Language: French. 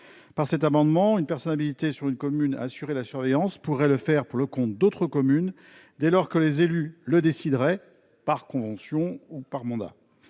Par cet amendement, une personne habilitée sur une commune à assurer la surveillance pourrait le faire pour le compte d'autres communes dès lors que les élus le décideraient, par convention ou par mandat.